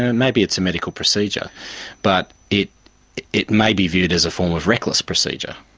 and maybe it's a medical procedure but it it may be viewed as a form of reckless procedure.